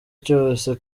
cyose